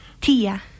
Tia